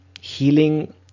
healing